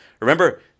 Remember